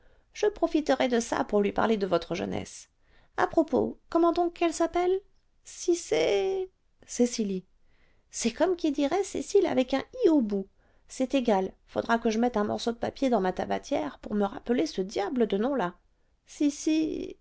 je profiterai de ça pour lui parler de votre jeunesse à propos comment donc qu'elle s'appelle cicé cecily c'est comme qui dirait cécile avec un i au bout c'est égal faudra que je mette un morceau de papier dans ma tabatière pour me rappeler ce diable de nom-là cici